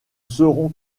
seront